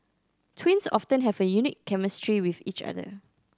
twins often have a unique chemistry with each other